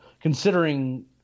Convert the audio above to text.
considering